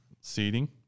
seating